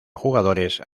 jugadores